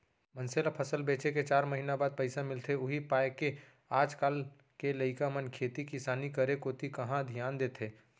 मनसे ल फसल बेचे के चार महिना बाद पइसा मिलथे उही पायके आज काल के लइका मन खेती किसानी करे कोती कहॉं धियान देथे